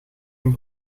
een